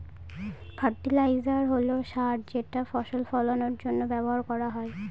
fertiliser হল সার যেটা ফসল ফলানের জন্য ব্যবহার করা হয়